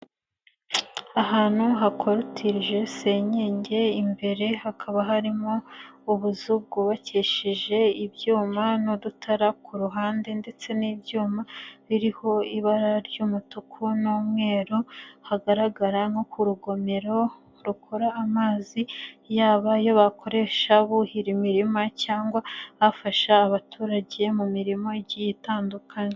Ahantu hakorotishije senyenge, imbere hakaba harimo ubuzu bwubakishije ibyuma, n'udutara ku ruhande, ndetse n'ibyuma biriho ibara ry'umutuku n'umweru, hagaragara nko ku rugomero rukora amazi, yaba ayo bakoresha buhira imirima, cyangwa afasha abaturage mu mirimo igiye itandukanye.